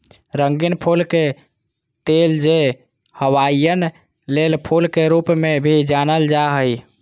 रंगीन फूल के तेल, जे हवाईयन लेई फूल के रूप में भी जानल जा हइ